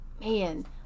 man